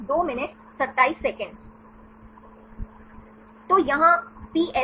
तो यहां पीएसएमएस